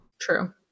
True